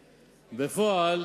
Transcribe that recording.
בפועל,